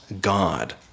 God